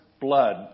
blood